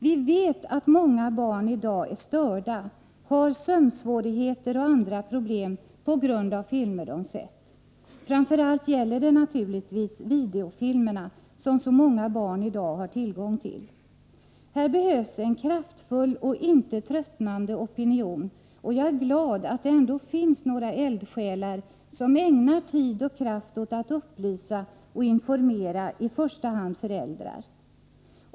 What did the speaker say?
Vi vet att många barn i dag är störda, har sömnsvårigheter och andra problem på grund av filmer de sett. Framför allt gäller det naturligtvis videofilmerna, som så många barn i dag har tillgång till. Här behövs en kraftfull och inte tröttnande opinion, och jag är glad att det ändå finns några eldsjälar, som ägnar tid och kraft åt att upplysa och informera i första hand föräldrar.